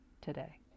today